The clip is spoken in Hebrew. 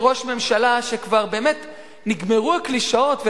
זה ראש ממשלה שכבר באמת נגמרו הקלישאות,